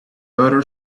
other